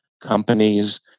companies